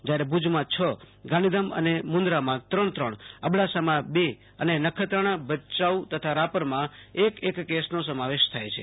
જ્યારે ભુજમાં છ ગાંધીધામ અને મુન્દ્રામાં ત્રણ ત્રણ અબડાસામાં બે અને નખત્રાણા ભયાઉ તથા રાપરમાં એક એક કેસનો સમાવેશ થાય છે